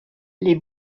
les